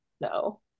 no